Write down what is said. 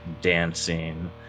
dancing